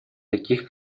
таких